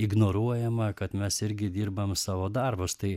ignoruojama kad mes irgi dirbam savo darbus tai